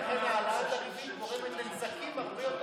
העלאת הריבית גורמת הרבה יותר נזקים מאשר,